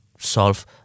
solve